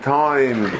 time